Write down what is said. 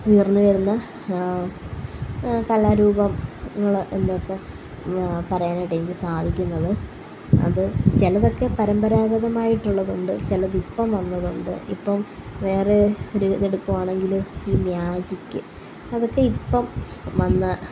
ഉയർന്ന് വരുന്ന കലാ രൂപങ്ങള് എന്നൊക്കെ പറയാൻ ആയിട്ടെനിക്ക് സാധിക്കുന്നത് അത് ചിലതൊക്കെ പരമ്പരാഗതമായിട്ട് ഉള്ളത് കൊണ്ട് ചിലത് ഇപ്പം വന്നത് കൊണ്ട് ഇപ്പം വേറെ ഒരു ഇത് എടുക്കുവാണെങ്കില് ഈ മ്യാജിക് അതൊക്കെ ഇപ്പം വന്ന